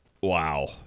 Wow